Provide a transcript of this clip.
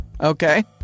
Okay